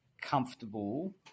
comfortable